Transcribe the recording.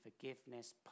forgiveness